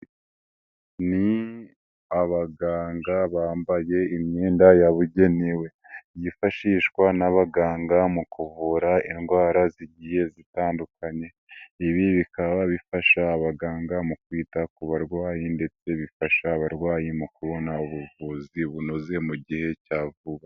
Ni abaganga bambaye imyenda yabugenewe yifashishwa n'abaganga mu kuvura indwara z'giye zitandukanye, ibi bikaba bifasha abaganga mu kwita ku barwayi ndetse bifasha abarwayi mu kubona ubuvuzi bunoze mu gihe cya vuba.